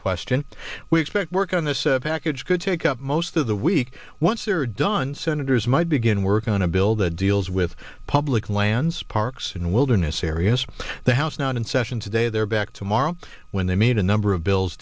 question we expect work on this package could take up most of the week once they're done senators might begin work on a bill that deals with public lands parks and wilderness areas of the house not in session day they're back tomorrow when they meet a number of bills